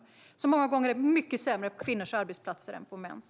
Den är många gånger mycket sämre på kvinnors arbetsplatser än på mäns.